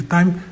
Time